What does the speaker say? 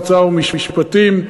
האוצר והמשפטים,